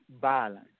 balance